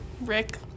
Rick